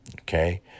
okay